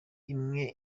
imwe